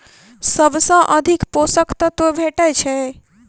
सबसँ अधिक पोसक तत्व भेटय छै?